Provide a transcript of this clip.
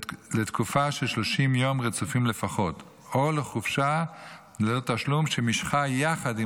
לתקופה של 30 יום רצופים לפחות או לחופשה ללא תשלום שמשכה יחד עם